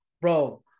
bro